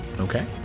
Okay